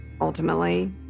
ultimately